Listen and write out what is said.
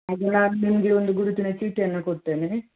ಹಾಗೆ ನಾನು ನಿಮಗೆ ಒಂದು ಗುರುತಿನ ಚೀಟಿಯನ್ನು ಕೊಡ್ತೇನೆ